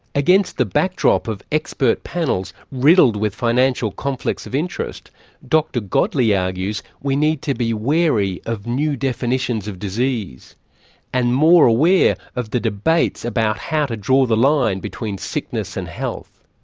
against the backdrop of expert panels riddled with financial conflicts of interest dr godlee argues we need to be wary of new definitions of disease and more aware of the debates about how to draw the line between sickness and health.